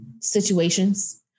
situations